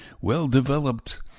well-developed